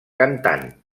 cantant